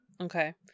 Okay